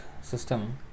system